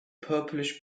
purplish